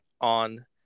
on